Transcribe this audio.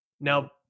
Now